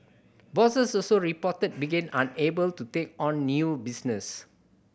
bosses also reported begin unable to take on new business